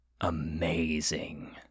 Amazing